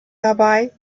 dabei